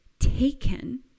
taken